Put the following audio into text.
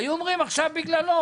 היו אומרים: "עכשיו בגללו,